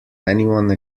anyone